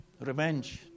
Revenge